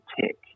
tick